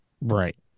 Right